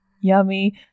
yummy